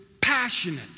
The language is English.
passionate